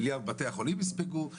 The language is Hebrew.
מיליארד בתי החולים יספגו.